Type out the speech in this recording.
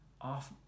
off